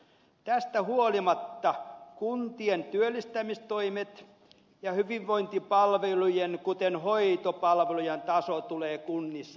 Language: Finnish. tästä huolimatta kun tien työllistämistoimet ja hyvinvointipalvelujen kuten hoitopalvelujen taso tulee kunnissa laskemaan